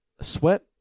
sweat